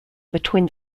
between